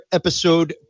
episode